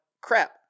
crap